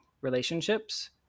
relationships